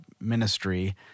ministry